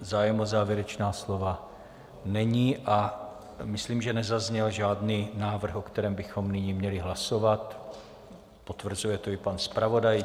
Zájem o závěrečná slova není a myslím, že nezazněl žádný návrh, o kterém bychom nyní měli hlasovat, potvrzuje to i pan zpravodaj.